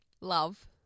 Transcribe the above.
Love